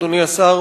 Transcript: אדוני השר,